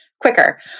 quicker